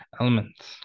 elements